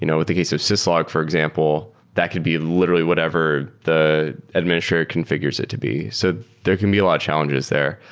you know but the case of syslog, for example, that could be literally whatever the administrator configures it to be. so there can be a lot of challenges there.